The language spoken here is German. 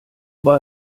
war